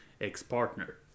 ex-partner